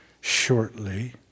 shortly